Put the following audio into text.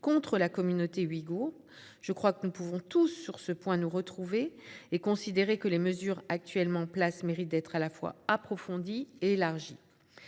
contre la communauté ouïghoure. Je crois que nous pouvons tous, sur ce point, nous retrouver et considérer que les mesures actuellement en place méritent d'être à la fois approfondies et élargies.